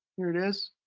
here it is.